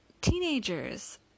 teenagers